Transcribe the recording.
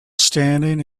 standing